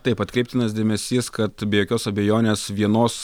taip atkreiptinas dėmesys kad be jokios abejonės vienos